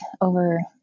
over